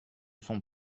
sont